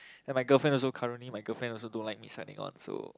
and my girlfriend also currently my girlfriend also don't like me signing on so